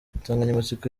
insanganyamatsiko